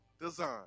Design